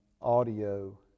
audio